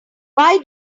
why